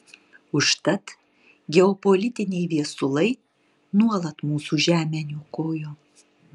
užtat geopolitiniai viesulai nuolat mūsų žemę niokojo